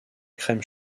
crème